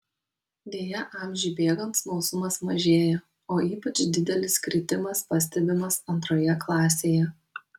deja amžiui bėgant smalsumas mažėja o ypač didelis kritimas pastebimas antroje klasėje